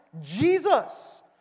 Jesus